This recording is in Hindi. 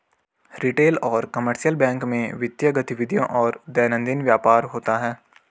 रिटेल और कमर्शियल बैंक में वित्तीय गतिविधियों और दैनंदिन व्यापार होता है